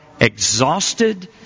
exhausted